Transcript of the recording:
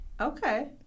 Okay